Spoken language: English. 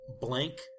blank